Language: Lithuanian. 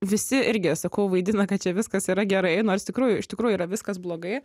visi irgi sakau vaidina kad čia viskas yra gerai nors tikrųjų iš tikrųjų yra viskas blogai